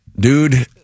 Dude